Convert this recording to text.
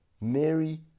Mary